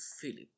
Philip